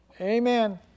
Amen